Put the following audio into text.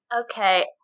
Okay